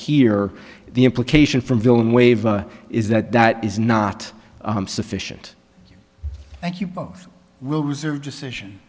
here the implication from villain waive is that that is not sufficient thank you both will reserve decision